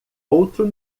outro